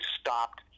stopped